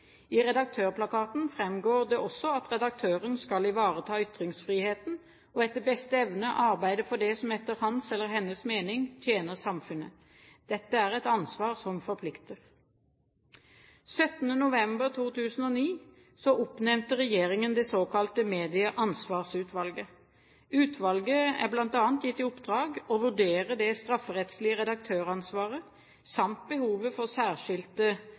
I Redaktørplakaten framgår det også at redaktøren skal ivareta ytringsfriheten og etter beste evne arbeide for det som etter hans/hennes mening tjener samfunnet. Dette er et ansvar som forplikter. 17. juli 2009 oppnevnte regjeringen det såkalte Medieansvarsutvalget. Utvalget er bl.a. gitt i oppdrag å vurdere det strafferettslige redaktøransvaret samt behovet for særskilte